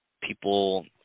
people